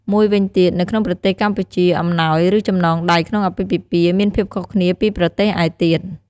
មួយវិញទៀត នៅក្នុងប្រទេសកម្ពុជា អំណោយ ឬ ចំណងដៃក្នុងអាពាហ៍ពិពាហ៍មានភាពខុសគ្នាពីប្រទេសឯទៀត។